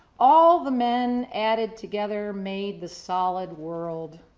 all the men added together made the solid world.